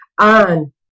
on